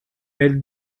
mail